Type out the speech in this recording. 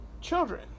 children